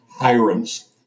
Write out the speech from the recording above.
Hiram's